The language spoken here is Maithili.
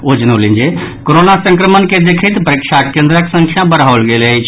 ओ जनौलनि जे कोरोना संक्रमण के देखैत परीक्षा केन्द्रक संख्या बढ़ाओल गेल अछि